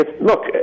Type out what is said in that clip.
Look